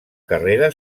carrera